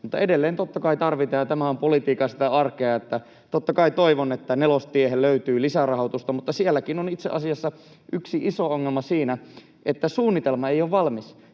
mutta edelleen totta kai tarvitaan, ja tämä on sitä politiikan arkea. Totta kai toivon, että Nelostiehen löytyy lisärahoitusta, mutta sielläkin on itse asiassa yksi iso ongelma siinä, että suunnitelma ei ole valmis,